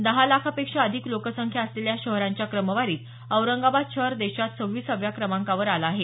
दहा लाखापेक्षा अधिक लोकसंख्या असलेल्या शहरांच्या क्रमवारीत औरंगाबाद शहर देशात सव्वीसाव्या क्रमांकावर आलं आहे